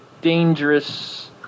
dangerous